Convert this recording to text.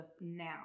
now